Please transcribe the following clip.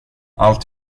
allt